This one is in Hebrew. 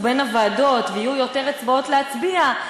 בין הוועדות ויהיו יותר אצבעות להצביע,